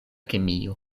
kemio